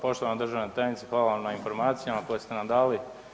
Evo poštovana državna tajnice, hvala vam na informacijama koje ste nam dali.